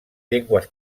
llengües